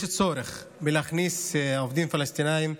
צורך בהכנסת עובדים פלסטינים.